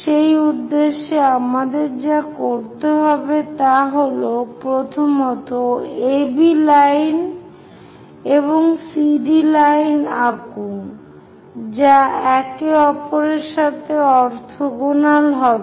সেই উদ্দেশ্যে আমাদের যা করতে হবে তা হল প্রথমত AB লাইন এবং CD লাইন আঁকুন যা একে অপরের সাথে অরথোগোনাল হবে